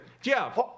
Jeff